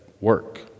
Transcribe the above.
work